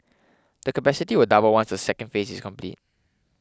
the capacity will double once the second phase is complete